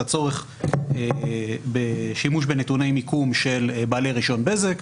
הצורך בשימוש בנתוני מיקום של בעלי רישיון בזק,